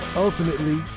Ultimately